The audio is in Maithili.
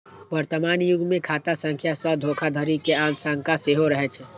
वर्तमान युग मे खाता संख्या सं धोखाधड़ी के आशंका सेहो रहै छै